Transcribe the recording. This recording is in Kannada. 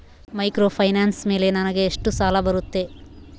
ಮೈಕ್ರೋಫೈನಾನ್ಸ್ ಮೇಲೆ ನನಗೆ ಎಷ್ಟು ಸಾಲ ಬರುತ್ತೆ?